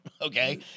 okay